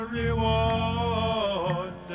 reward